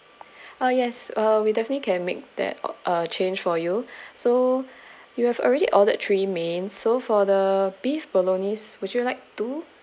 ah yes uh we definitely can make that uh change for you so you have already ordered three main so for the beef bolognese would you like two